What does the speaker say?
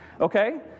Okay